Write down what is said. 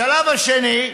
השלב השני,